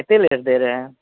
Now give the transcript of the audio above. कतेमे दे रहे हैं